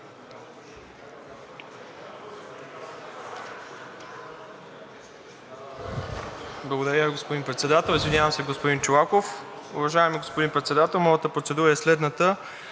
Благодаря Ви, господин Председател. Извинявам се, господин Чолаков. Уважаеми господин Председател, моята процедура е следната,